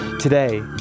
Today